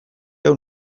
hau